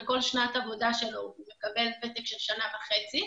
על כל שנת עבודה שלו הוא מקבל ותק של שנה וחצי.